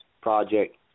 project